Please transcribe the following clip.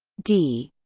d,